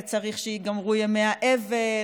וצריך שייגמרו ימי האבל,